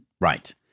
Right